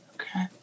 Okay